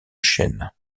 chaîne